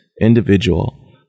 individual